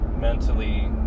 mentally